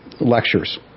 lectures